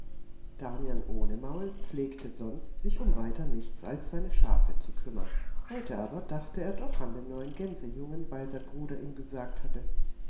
damian ohne maul pflegte sonst sich um weiter nichts als seine schafe zu kümmern heute aber dachte er doch an den neuen gänsejungen weil sein bruder ihm gesagt hatte